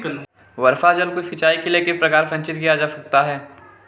वर्षा जल को सिंचाई के लिए किस प्रकार संचित किया जा सकता है?